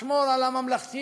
לשמור על הממלכתיות